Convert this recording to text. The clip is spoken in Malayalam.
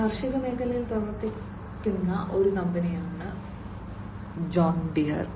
കാർഷിക മേഖലയിൽ പ്രവർത്തിക്കുന്ന ഒരു കമ്പനിയാണ് ജോൺ ഡിയർ